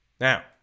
Now